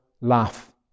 laugh